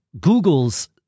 Google's